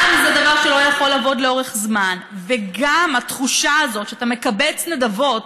גם זה דבר שלא יכול לעבוד לאורך זמן וגם התחושה הזאת שאתה מקבץ נדבות